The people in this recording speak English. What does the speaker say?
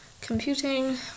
Computing